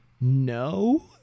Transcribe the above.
No